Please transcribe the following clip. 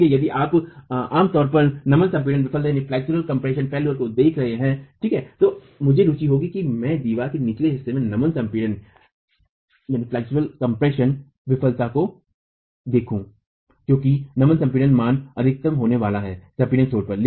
इसलिए यदि आप आम तौर पर नमन संपीडन विफलता देख रहे है ठीक है तो मुझे रुचि होगी कि मैं दीवार के निचले हिस्से में नमन संपीडन विफलता को देखूं क्योंकि नमन संपीडन मान अधिकतम होने वाला है संपीडन छोर पर